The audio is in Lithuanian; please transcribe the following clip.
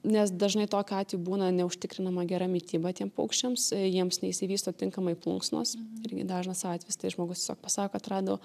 nes dažnai tokiu atveju būna neužtikrinama gera mityba tiem paukščiams jiems neišsivysto tinkamai plunksnos irgi dažnas atvejis tai žmogus tiesiog pasako kad rado